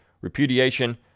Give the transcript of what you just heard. repudiation